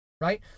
right